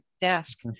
desk